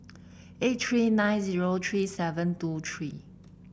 eight three nine zero three seven two three